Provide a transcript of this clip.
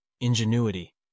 ingenuity